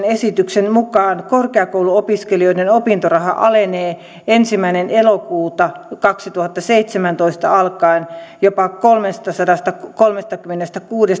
esityksen mukaan korkeakouluopiskelijoiden opintoraha alenee ensimmäinen elokuuta kaksituhattaseitsemäntoista alkaen jopa kolmestasadastakolmestakymmenestäkuudesta